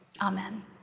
Amen